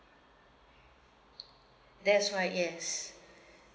that's why yes